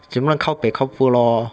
全部人 kao peh kao bu lor